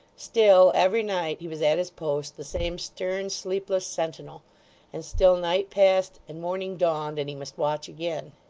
still, every night he was at his post, the same stern, sleepless, sentinel and still night passed, and morning dawned, and he must watch again.